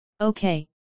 Okay